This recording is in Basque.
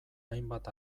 hainbat